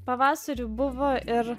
pavasarį buvo ir